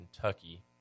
Kentucky